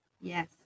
yes